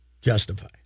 Justify